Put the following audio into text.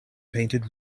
painted